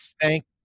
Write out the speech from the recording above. thank